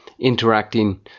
interacting